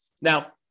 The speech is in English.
Now